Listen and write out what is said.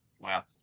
Wow